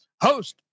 host